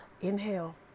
Inhale